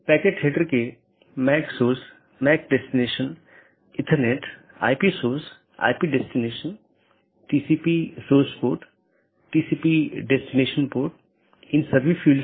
इसलिए एक path vector में मार्ग को स्थानांतरित किए गए डोमेन या कॉन्फ़िगरेशन के संदर्भ में व्यक्त किया जाता है